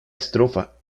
estrofa